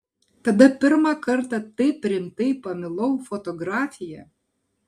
tada pirmą kartą taip rimtai pamilau fotografiją